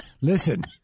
Listen